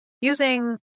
using